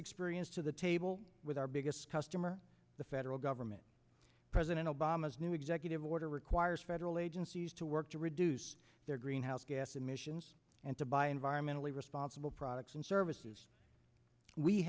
experience to the table with our biggest customer the federal government president obama's new executive order requires federal agencies to work to reduce their greenhouse gas emissions and to buy environmentally responsible products and services we